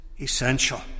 essential